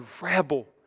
rebel